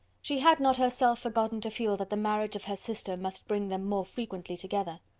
she had not herself forgotten to feel that the marriage of her sister must bring them more frequently together.